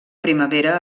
primavera